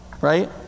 right